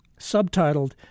subtitled